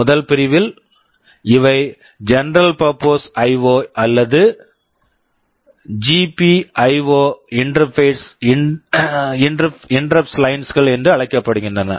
முதல் பிரிவில் இவை general purpose I O general purpose IO அல்லது GPIO interrupts lines GPIO interrupt lines கள் என்று அழைக்கப்படுகின்றன